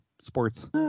sports